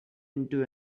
into